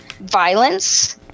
violence